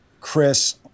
Chris